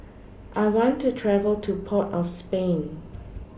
I want to travel to Port of Spain